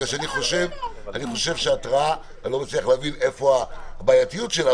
מפני שאני לא מצליח להבין איפה הבעייתיות של ההתראה,